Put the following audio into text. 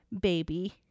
baby